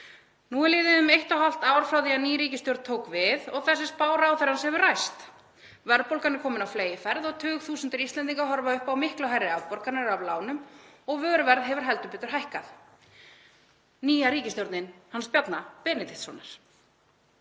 Nú er liðið um eitt og hálft ár frá því að ný ríkisstjórn tók við og þessi spá ráðherrans hefur ræst. Verðbólgan er komin á fleygiferð, tugþúsundir Íslendinga horfa upp á miklu hærri afborganir af lánum og vöruverð hefur heldur betur hækkað. Þetta er nýja ríkisstjórnin hans Bjarna Benediktssonar.